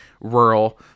rural